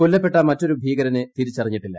കൊല്ലപ്പെട്ട മറ്റൊരു ഭീകരനെ തിരിച്ചറിഞ്ഞിട്ടില്ല